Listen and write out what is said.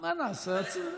מה נעשה?